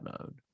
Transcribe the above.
mode